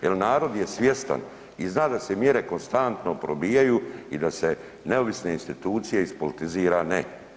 Jer narod je svjestan i zna da se mjere konstantno probijaju i da su neovisne institucije ispolitizirane.